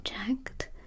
object